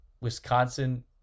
Wisconsin